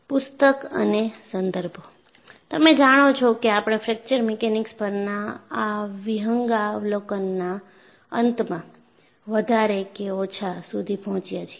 પુસ્તક અને સંદર્ભઓ તમે જાણો છો કે આપણે ફ્રેક્ચર મિકેનિક્સ પરના આ વિહંગાવલોકનના અંતમાં વધારે કે ઓછા સુધી પોહચયા છીએ